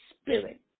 spirit